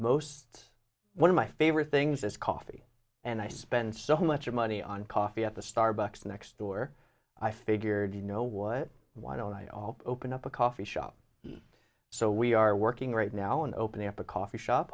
most one of my favorite things is coffee and i spend so much money on coffee at the starbucks next door i figured you know what why don't i open up a coffee shop so we are working right now and opening up a coffee shop